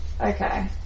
Okay